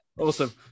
Awesome